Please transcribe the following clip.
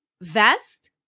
vest